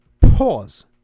pause